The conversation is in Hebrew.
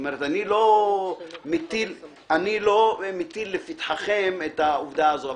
אני לא מטיל לפתחכם את העובדה הזו.